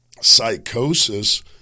psychosis